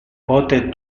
pote